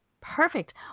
Perfect